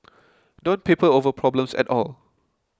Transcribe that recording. don't people over problems at all